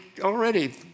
already